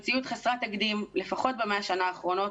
מציאות חסרת תקדים לפחות ב-100 שנה האחרונות,